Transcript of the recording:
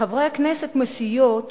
חברי הכנסת מסיעות